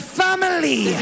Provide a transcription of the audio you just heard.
family